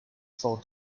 for